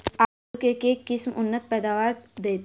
आलु केँ के किसिम उन्नत पैदावार देत?